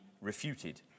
refuted